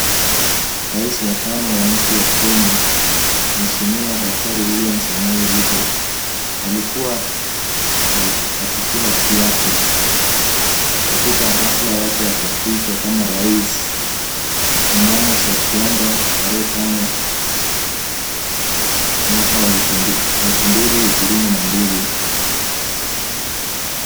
Rais wa tano wa nchi ya Kenya, mheshimiwa daktari William Samoei Ruto alikua akikula kiapo katika hafla yake ya kuapishwa kama rais mnamo Septemba tarehe tano mwaka wa elfu mbili ishirini na mbili.